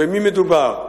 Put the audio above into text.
במי מדובר.